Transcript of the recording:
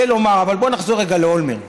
אבל בואו נחזור רגע לאולמרט.